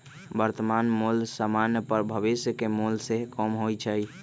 वर्तमान मोल समान्य पर भविष्य के मोल से कम होइ छइ